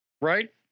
right